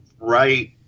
right